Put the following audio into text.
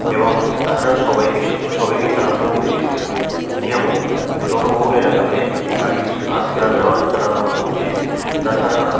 এবং তাছাড়া সবাইকে সবাইকে চালানো উচিত যেমন জনবহুল এলাকাতে গাড়ি আস্তে চালাতে হয় চালানো উচিত তাছাড়া